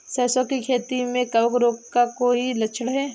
सरसों की खेती में कवक रोग का कोई लक्षण है?